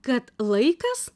kad laikas